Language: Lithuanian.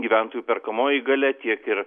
gyventojų perkamoji galia tiek ir